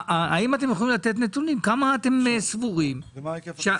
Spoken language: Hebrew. האם אתם יכולים לתת נתונים כמה אתם סבורים שאנחנו